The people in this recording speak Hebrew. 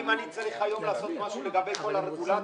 אם אני צריך היום לעשות משהו לגבי כל הרגולציה,